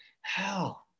hell